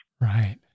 Right